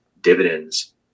dividends